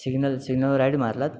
signal signal right मारलात